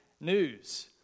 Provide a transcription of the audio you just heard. news